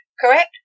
correct